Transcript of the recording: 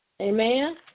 Amen